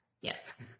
Yes